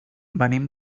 venim